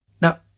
now